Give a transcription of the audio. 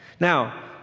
Now